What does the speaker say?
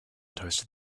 toasted